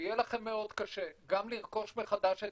יהיה לכם מאוד קשה גם לרכוש מחדש את